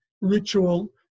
ritual